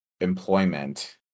employment